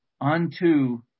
unto